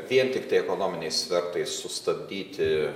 vien tiktai ekonominiais svertais sustabdyti